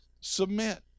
submit